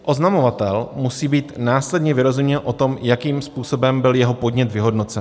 Oznamovatel musí být následně vyrozuměn o tom, jakým způsobem byl jeho podnět vyhodnocen.